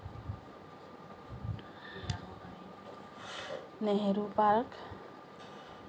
Nehru park